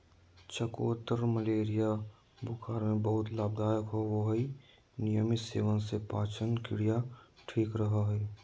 चकोतरा मलेरिया बुखार में बहुत लाभदायक होवय हई नियमित सेवन से पाचनक्रिया ठीक रहय हई